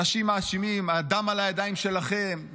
אנשים מאשימים: הדם על הידיים שלכם,